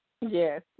Yes